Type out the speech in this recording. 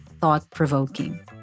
thought-provoking